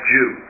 Jew